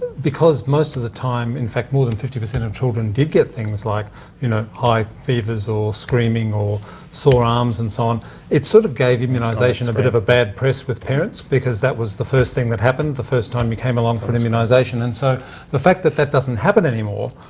because most of the time in fact, more than fifty percent of children did get things like you know high fevers or screaming or sore arms and so on it sort of gave immunisation a bit of a bad press with parents because that was the first thing that happened, the first time you came along for an immunisation. and so the fact that that doesn't happen anymore